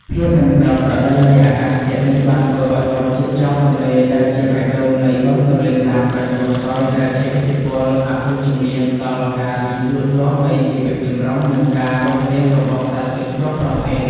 ភាពមិនប្រក្រតីនៃអាកាសធាតុនេះ បានធ្វើឱ្យវដ្តជីពចរទន្លេ ដែលជាបេះដូងនៃបឹងទន្លេសាបត្រូវចុះខ្សោយ ដែលជះឥទ្ធិពលអវិជ្ជមានដល់ការរីកលូតលាស់នៃជីវចម្រុះ និងការរស់រានរបស់សត្វទឹកគ្រប់ប្រភេទ។